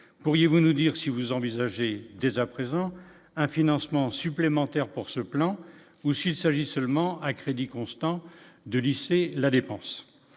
pourriez-vous nous dire si vous envisagez dès à présent un financement supplémentaire pour ce plan ou s'il s'agit seulement à crédit constant de lisser la dépense